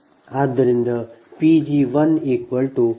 ಆದ್ದರಿಂದ ಇದು ನಿಮ್ಮ ಅಂತಿಮ ಉತ್ತರವಾಗಿದೆ